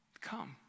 Come